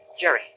Jerry